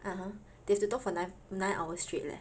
(uh huh) they have to talk for nine~ nine hours straight leh